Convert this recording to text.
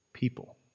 People